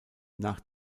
nach